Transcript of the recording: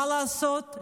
מה לעשות?